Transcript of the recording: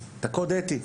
את הקוד האתי.